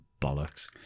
bollocks